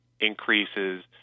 increases